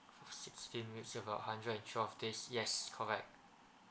sixteen weeks about hundred and twelve days yes correct